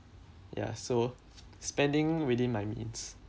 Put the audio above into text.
ya so spending within my means